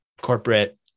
corporate